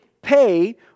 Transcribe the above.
Pay